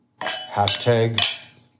Hashtag